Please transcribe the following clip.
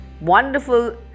wonderful